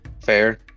Fair